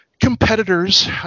competitors